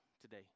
today